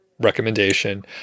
recommendation